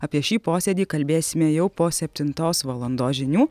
apie šį posėdį kalbėsime jau po septintos valandos žinių